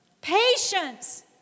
Patience